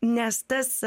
nes tas